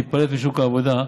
להיפלט משוק העבודה,